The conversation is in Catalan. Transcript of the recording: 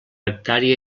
hectàrea